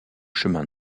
chemin